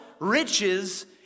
Riches